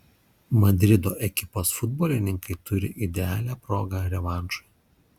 madrido ekipos futbolininkai turi idealią progą revanšui